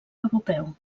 europeu